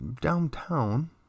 downtown